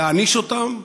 להעניש אותם,